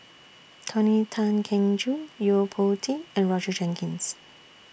Tony Tan Keng Joo Yo Po Tee and Roger Jenkins